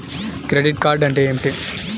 Credit card అంటే ఏమిటి?